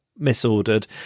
misordered